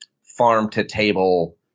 farm-to-table